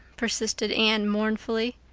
persisted anne mournfully.